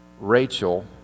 Rachel